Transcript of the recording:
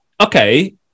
okay